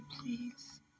please